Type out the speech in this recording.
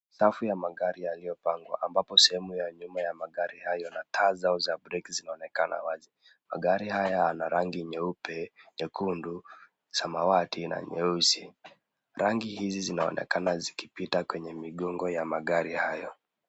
Safu ya magari yaliyopangwa ambapo sehemu ya nyuma ya magari hayo na taa zao za break zinaonekana wazi. Magari haya yana rangi nyeupe, nyekundu, samawati na nyeusi. Rangi hizi zinaonekana zikipita kwenye migongo ya magari hayo.